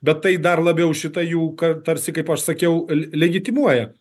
bet tai dar labiau šita jų ka tarsi kaip aš sakiau l legitimuoja